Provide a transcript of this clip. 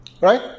Right